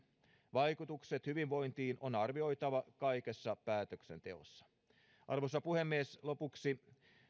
vaikutukset hyvinvointiin on arvioitava kaikessa päätöksenteossa arvoisa puhemies lopuksi